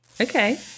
Okay